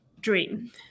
dream